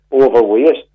overweight